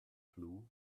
clue